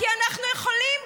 כי אנחנו יכולים,